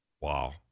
Wow